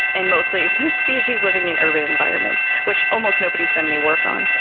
and mostly the species living in urban environments, which almost nobody's done any work on.